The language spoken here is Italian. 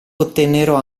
ottennero